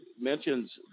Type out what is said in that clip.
mentions